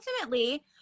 ultimately